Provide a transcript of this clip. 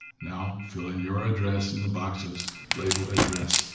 now, fill in your address and the boxes labeled address,